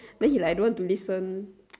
then he like I don't want to listen